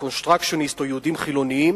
Reconstructionists או יהודים חילונים,